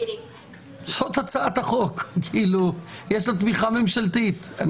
זאת הצעת החוק, יש לה תמיכה ממשלתית.